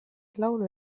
laulu